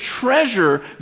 treasure